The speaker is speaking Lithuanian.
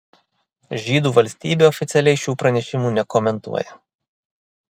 žydų valstybė oficialiai šių pranešimų nekomentuoja